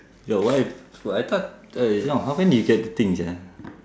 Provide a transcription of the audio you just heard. ya why wait I thought uh no how come you get the thing sia